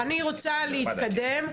אני רוצה להתקדם.